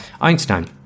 Einstein